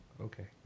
Okay